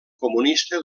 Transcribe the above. comunista